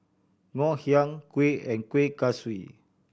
Ngoh Hiang kuih and Kueh Kaswi